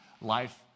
life